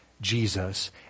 Jesus